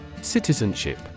Citizenship